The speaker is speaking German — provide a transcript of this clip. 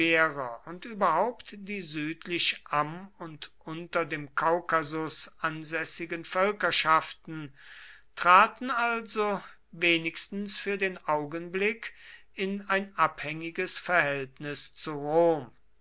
und überhaupt die südlich am und unter dem kaukasus ansässigen völkerschaften traten also wenigstens für den augenblick in ein abhängiges verhältnis zu